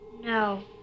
No